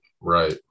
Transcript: right